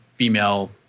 Female